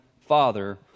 Father